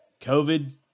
COVID